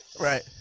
Right